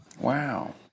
Wow